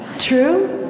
true?